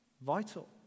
Vital